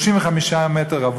35 מ"ר,